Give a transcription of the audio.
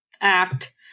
act